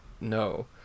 no